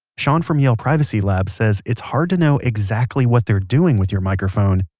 sean from yale privacy lab says it's hard to know exactly what they are doing with your microphone,